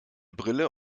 brille